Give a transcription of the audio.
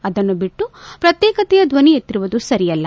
ಅದನ್ನು ಬಿಟ್ಟು ಪ್ರತ್ಯೇಕತೆಯ ಧ್ವನಿ ಎತ್ತುತ್ತಿರುವುದು ಸರಿಯಲ್ಲ